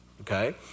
Okay